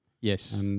Yes